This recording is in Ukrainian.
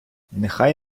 нехай